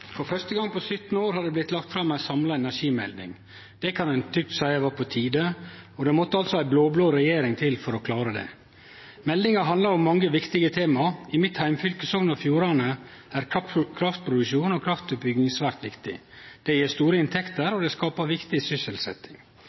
For første gong på 17 år har det blitt lagt fram ei samla energimelding. Det kan ein trygt seie var på tide, og det måtte altså ei blå-blå regjering til for å klare det. Meldinga handlar om mange viktige tema. I mitt heimfylke, Sogn og Fjordane, er kraftproduksjon og kraftutbygging svært viktig. Det gjev store inntekter, og det skapar viktig